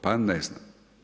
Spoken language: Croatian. Pa ne znam.